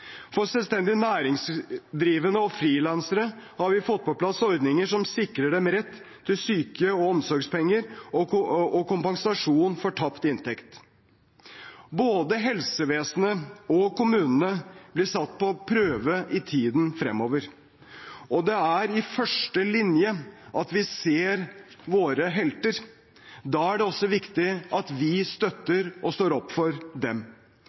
For selvstendig næringsdrivende og frilansere har vi fått på plass ordninger som sikrer dem rett til syke- og omsorgspenger og kompensasjon for tapt inntekt. Både helsevesenet og kommunene blir satt på prøve i tiden fremover, og det er i første linje vi ser våre helter. Da er det også viktig at vi støtter og står opp for dem.